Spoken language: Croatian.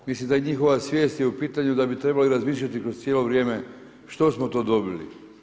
Mislim da je njihova svijest u pitanju da bi trebali razmišljati kroz cijelo vrijeme što smo to dobili.